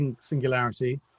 singularity